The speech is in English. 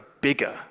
bigger